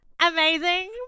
Amazing